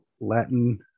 Latin